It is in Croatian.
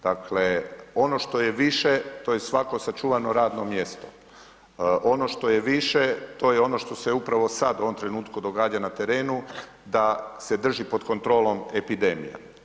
Dakle, ono što je više to je svako sačuvano radno mjesto, ono što je više, to je ono što ste upravo sad u ovom trenutku događa na terenu, da se drži pod kontrolom epidemija.